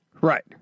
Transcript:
Right